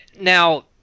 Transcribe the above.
now